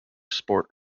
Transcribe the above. sport